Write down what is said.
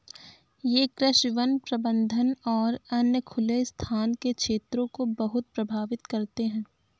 ये कृषि, वन प्रबंधन और अन्य खुले स्थान के क्षेत्रों को बहुत प्रभावित करते हैं